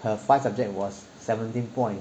her five subject was seventeen point